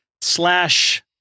slash